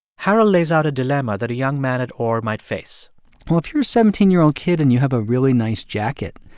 harold lays out a dilemma that a young man at orr might face well, if you're a seventeen year old kid and you have a really nice jacket,